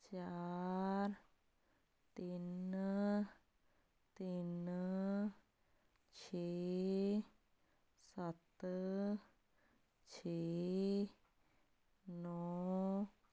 ਚਾਰ ਤਿੰਨ ਤਿੰਨ ਛੇ ਸੱਤ ਛੇ ਨੌਂ